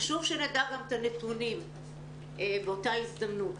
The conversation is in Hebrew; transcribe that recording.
חשוב שנדע גם את הנתונים באותה הזדמנות.